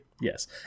yes